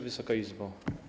Wysoka Izbo!